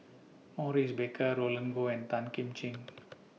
Maurice Baker Roland Goh and Tan Kim Ching